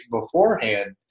beforehand